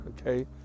okay